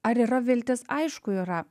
ar yra viltis aišku yra